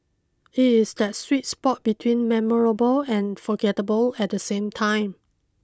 it is that sweet spot between memorable and forgettable at the same time